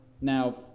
Now